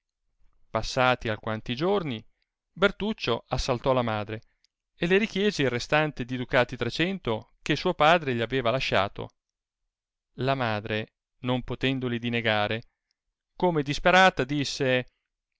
passati alquanti giorni bertuccio assaltò la madre e le richiese il restante di ducati trecento che suo padre gli aveva lasciato la madre non potendoli dinegare come disperata disse